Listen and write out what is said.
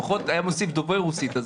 לפחות היה מוסיף דוברי רוסית.